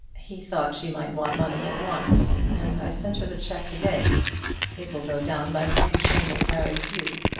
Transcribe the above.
he thought she might want money at once and i sent her the cheque to-day. it will go down by the same train that carries you.